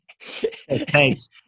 Thanks